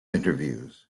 interviews